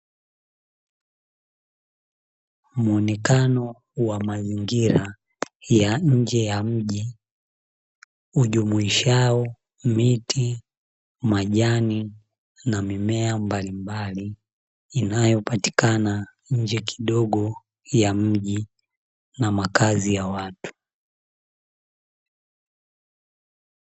Muonekano wa mazingira ya nje ya mji ujumuishao: miti, majani na mimea mbalimbali, inayopatikana nje kidogo ya mji na makazi ya watu.